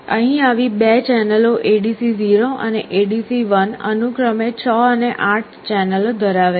અહીં આવી 2 ચેનલો ADC0 અને ADC1 અનુક્રમે 6 અને 8 ચેનલો ધરાવે છે